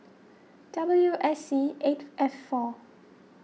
W S C eight F four